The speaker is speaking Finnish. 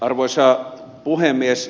arvoisa puhemies